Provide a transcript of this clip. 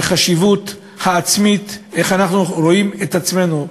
של החשיבות העצמית, איך אנחנו רואים את עצמנו.